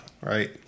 right